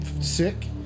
Sick